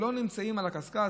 לא נמצאים על הקשקש,